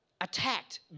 attacked